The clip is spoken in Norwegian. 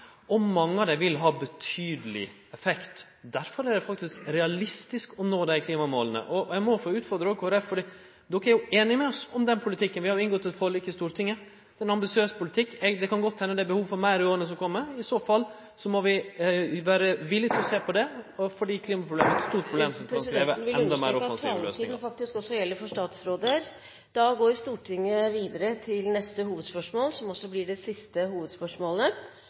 Mange av dei vil ha betydeleg effekt. Derfor er det faktisk realistisk å nå dei klimamåla. Eg vil òg utfordre Kristeleg Folkeparti: Dei er jo einige med oss i den politikken – vi har jo inngått eit forlik i Stortinget om ein ambisiøs politikk. Det kan godt hende at det er behov for meir i åra som kjem. I så fall må vi vere villige til å sjå på det … Presidenten vil understreke at taletiden faktisk også gjelder for statsråder. Neste og siste hovedspørsmål blir stilt av representanten Nikolai Astrup. Ting tar ofte tid – for lang tid. Det